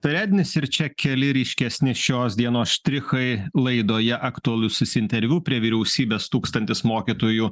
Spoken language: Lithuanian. perednis ir čia keli ryškesni šios dienos štrichai laidoje aktualusis interviu prie vyriausybės tūkstantis mokytojų